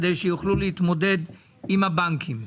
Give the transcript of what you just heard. כדי שיוכלו להתמודד עם הבנקים?